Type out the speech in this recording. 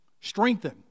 strengthen